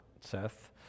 Seth